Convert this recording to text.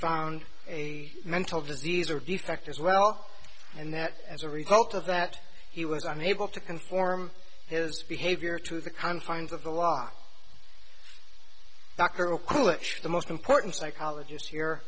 found a mental disease or defect as well and that as a result of that he was unable to conform his behavior to the confines of the law dr coolish the most important psychologist here